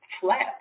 flat